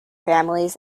families